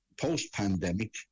post-pandemic